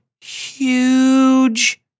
huge